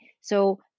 So-